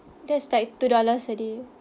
that's like two dollars a day